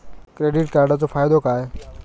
Credit कार्डाचो फायदो काय?